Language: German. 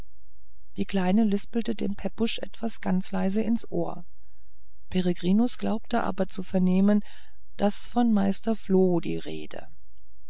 die kleine lispelte dem pepusch etwas ganz leise ins ohr peregrinus glaubte aber zu vernehmen daß von meister floh die rede